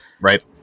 right